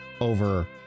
over